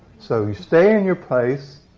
so you stay in your place,